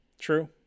True